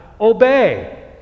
obey